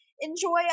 enjoy